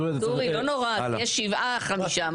לא נורא, יש שבעה על חמישה.